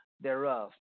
thereof